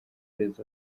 perezida